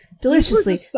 deliciously